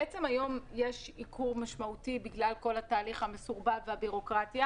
בעצם היום יש ייקור משמעותי בגלל התהליך המסורבל והבירוקרטיה.